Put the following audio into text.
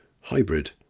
hybrid